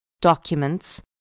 documents